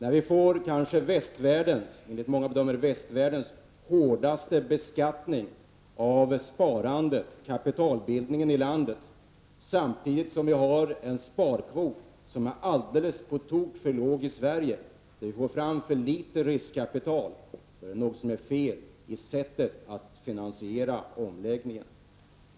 Enligt många bedömare kommer vi att få västvärldens hårdaste beskattning av sparandet, kapitalbildningen i landet, samtidigt som vi har en sparkvot som är alldeles för låg. När vi får fram för litet riskkapital är det något som är fel i sättet att finansiera omläggningen.